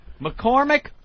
McCormick